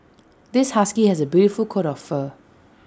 this husky has A beautiful coat of fur